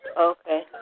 Okay